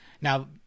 Now